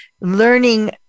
learning